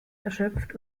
erschöpft